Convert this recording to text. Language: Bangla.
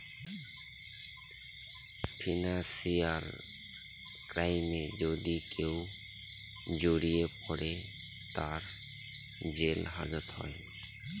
ফিনান্সিয়াল ক্রাইমে যদি কেউ জড়িয়ে পরে, তার জেল হাজত হয়